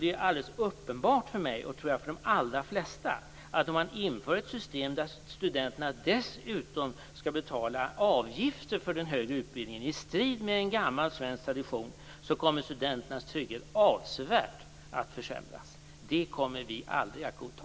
Det är alldeles uppenbart för mig, och för de allra flesta tror jag, att om man inför ett system där studenterna dessutom skall betala avgifter för den högre utbildningen i strid med gammal svensk tradition kommer studenternas trygghet att försämras avsevärt. Det kommer vi aldrig att godta.